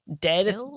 dead